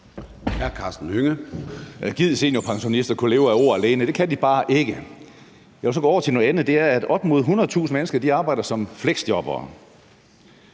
09:52 Karsten Hønge (SF): Gid seniorpensionister kunne leve af ord alene, men det kan de bare ikke. Jeg vil så gå over til noget andet, og det er, at op mod 100.000 mennesker arbejder som fleksjobbere.